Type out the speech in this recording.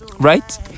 right